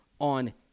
on